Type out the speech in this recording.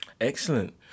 Excellent